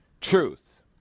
truth